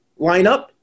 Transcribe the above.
lineup